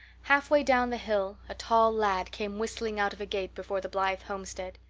halfway down the hill a tall lad came whistling out of a gate before the blythe homestead.